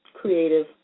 Creative